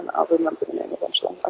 and i'll remember the name eventually.